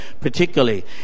particularly